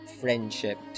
friendship